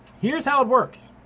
here's how it works.